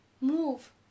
move